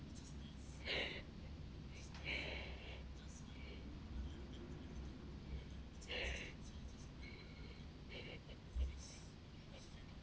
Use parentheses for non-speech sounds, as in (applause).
(breath)